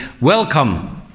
welcome